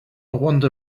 wonder